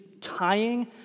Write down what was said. tying